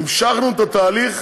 המשכנו את התהליך